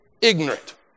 ignorant